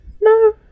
No